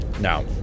Now